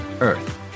earth